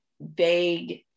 vague